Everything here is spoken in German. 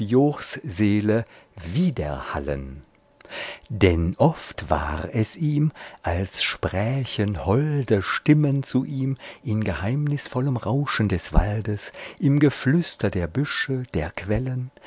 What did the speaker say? seele widerhallen denn oft war es ihm als sprächen holde stimmen zu ihm in geheimnisvollem rauschen des waldes im geflüster der büsche der quellen